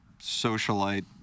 socialite